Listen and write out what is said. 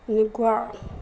এনেকুৱা